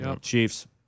Chiefs